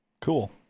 Cool